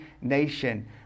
nation